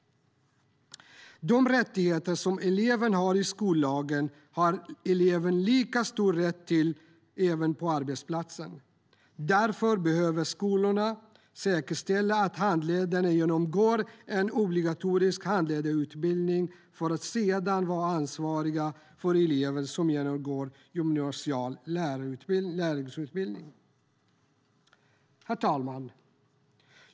De rättigheter som eleven har i skollagen har eleven lika stor rätt till även på arbetsplatsen. Därför behöver skolorna säkerställa att handledarna genomgår en obligatorisk handledarutbildning för att sedan vara ansvariga för elever som genomgår gymnasial lärlingsutbildning. Herr talman!